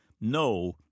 No